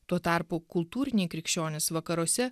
tuo tarpu kultūriniai krikščionys vakaruose